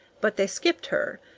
but they skipped her.